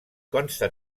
consta